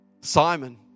Simon